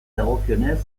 dagokionez